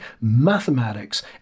mathematics